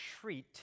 treat